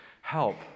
help